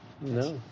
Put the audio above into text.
No